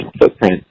footprint